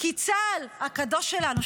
כי צה"ל הקדוש שלנו,